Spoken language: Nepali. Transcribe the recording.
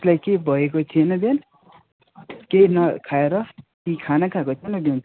उसलाई केही भएको थिएन बिहान केही नखाएर कि खाना खाएको थिएन बिहान